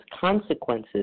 consequences